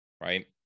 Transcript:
Right